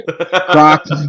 Crocs